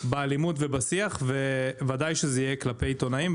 באלימות ובשיח, וודאי שזה יהיה כלפי עיתונאים.